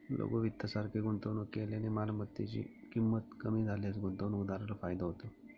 लघु वित्त सारखे गुंतवणूक केल्याने मालमत्तेची ची किंमत कमी झाल्यास गुंतवणूकदाराला फायदा होतो